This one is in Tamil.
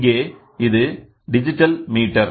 இங்கே இது டிஜிட்டல் மீட்டர்